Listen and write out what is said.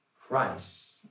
Christ